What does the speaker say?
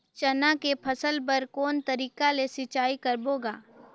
चना के फसल बर कोन तरीका ले सिंचाई करबो गा?